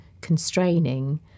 constraining